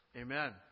Amen